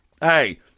hey